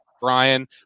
Brian